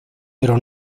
pero